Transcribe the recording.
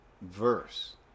verse